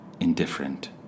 indifferent